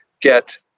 get